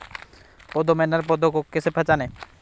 पौधों में नर पौधे को कैसे पहचानें?